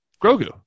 Grogu